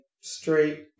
straight